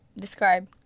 describe